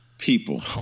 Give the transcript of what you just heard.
People